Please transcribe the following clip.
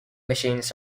machines